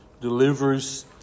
delivers